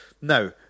Now